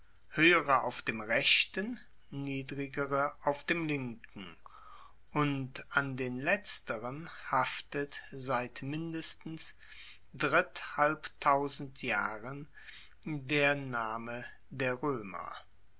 hoehere auf dem rechten niedrigere auf dem linken an den letzteren haftet seit mindestens dritthalbtausend jahren der name der roemer